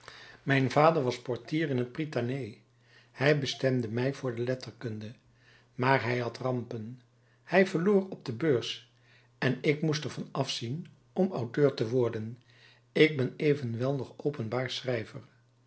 mijn vader was portier in het prytanée hij bestemde mij voor de letterkunde maar hij had rampen hij verloor op de beurs en ik moest er van afzien om auteur te worden ik ben evenwel nog openbaar schrijver